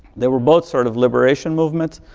they were both sort of liberation movement.